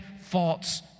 false